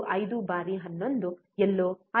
5 ಬಾರಿ 11 ಎಲ್ಲೋ 5